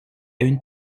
une